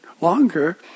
longer